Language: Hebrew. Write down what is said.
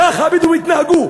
ככה הבדואים יתנהגו.